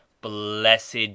blessed